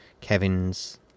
Kevin's